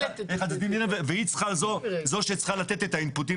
והיא זו שצריכה לתת את האינפוט.